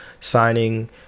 signing